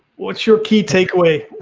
what's your key takeaway